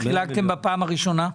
חילקתם בפעם הראשונה?